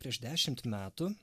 prieš dešimt metų